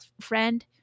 friend